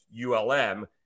ULM